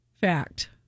Fact